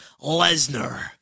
Lesnar